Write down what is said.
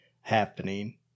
happening